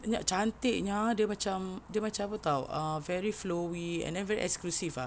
banyak cantik nya dia macam dia macam apa [tau] uh very flowy and then very exclusive ah